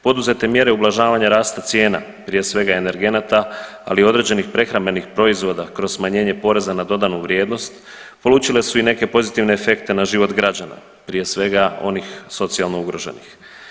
Poduzete mjere ublažavanja rasta cijena, prije svega energenata, ali i određenih prehrambenih proizvoda kroz smanjenje poreza na dodanu vrijednost polučile su i neke pozitivne efekte na život građana, prije svega onih socijalno ugroženih.